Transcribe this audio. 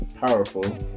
powerful